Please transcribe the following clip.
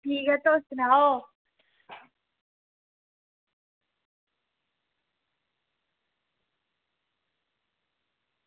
ठीक ऐ तुस सनाओ